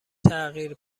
تغییر